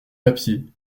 papier